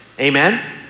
amen